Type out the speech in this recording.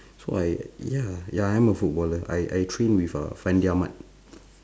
so I ya ya I'm a footballer I I train with uh fandi-ahmad